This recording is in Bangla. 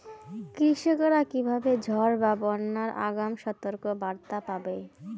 কৃষকেরা কীভাবে ঝড় বা বন্যার আগাম সতর্ক বার্তা পাবে?